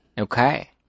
Okay